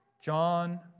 John